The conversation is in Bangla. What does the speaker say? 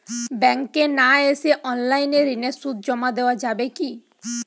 ব্যাংকে না এসে অনলাইনে ঋণের সুদ জমা দেওয়া যাবে কি?